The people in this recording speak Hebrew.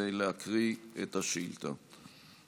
כדי להקריא את השאילתה.